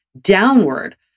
downward